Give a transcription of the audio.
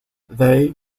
they